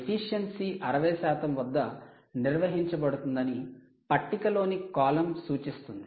efficiency 60 వద్ద నిర్వహించబడుతుందని పట్టిక లోని కాలమ్ సూచిస్తుంది